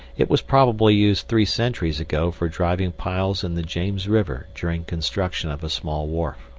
it was probably used three centuries ago for driving piles in the james river during construction of a small wharf.